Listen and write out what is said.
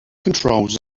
controls